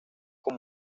por